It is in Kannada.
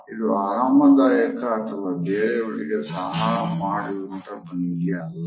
ಇದು ಆರಾಮದಾಯಕ ಅಥವಾ ಬೇರೆಯವರಿಗೆ ಸಹ ಮಾಡುವಂಥ ಭಂಗಿಯು ಅಲ್ಲ